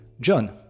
John